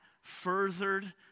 furthered